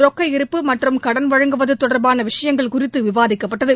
ரொக்க இருப்பு மற்றும் கடன் வழங்குவது தொடர்பான விஷயங்கள் குறித்து விவாதிக்கப்பட்டது